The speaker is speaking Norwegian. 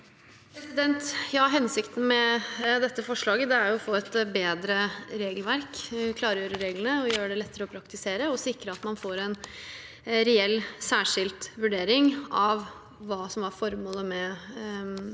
Hensikten med dette forslaget er å få et bedre regelverk, klargjøre reglene, gjøre det lettere å praktisere og sikre at man får en reell, særskilt vurdering av hva som var formålet med